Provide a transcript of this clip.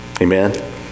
Amen